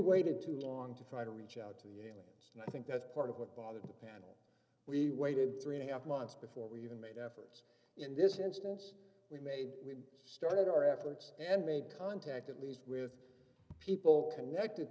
waited too long to try to reach out to humans and i think that's part of what bothered pan we waited three and half months before we even made efforts in this instance we made we started our efforts and made contact at least with people connected